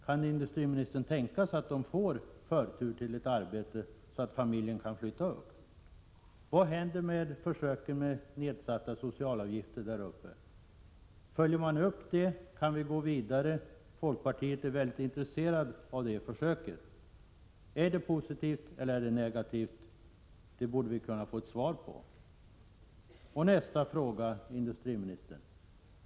Kan industriministern tänka sig att medflyttande får förtur till arbete så att familjen kan flytta? Vad händer med försöket med nedsatta socialavgifter? Följer man upp det? Kan vi gå vidare? Folkpartiet är mycket intresserat av det försöket. Är det positivt eller negativt? Det borde vi kunna få ett svar på.